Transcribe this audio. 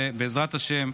ובעזרת השם,